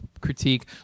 critique